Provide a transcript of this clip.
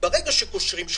ברגע שקושרים,